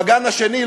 בגן השני,